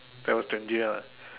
tell stranger ah